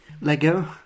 Lego